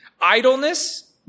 idleness